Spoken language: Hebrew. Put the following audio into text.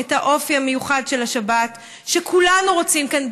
את האופי המיוחד של השבת שכולנו רוצים כאן,